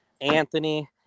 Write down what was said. anthony